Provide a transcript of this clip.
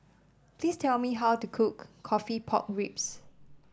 please tell me how to cook coffee Pork Ribs